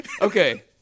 Okay